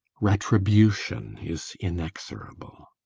retribution is inexorable.